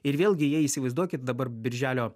ir vėlgi jie įsivaizduokit dabar birželio